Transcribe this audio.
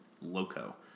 loco